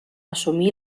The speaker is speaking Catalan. assumí